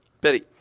Betty